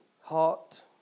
heart